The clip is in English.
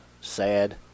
sad